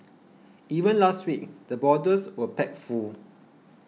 even last week the borders were packed full